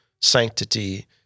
sanctity